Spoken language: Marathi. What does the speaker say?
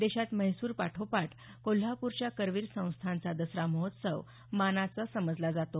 देशात म्हैसूर पाठोपाठ कोल्हापूरच्या करवीर संस्थानचा दसरा महोत्सव मानाचा समजला जातो